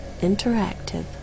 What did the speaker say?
interactive